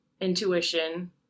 intuition